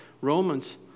Romans